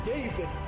David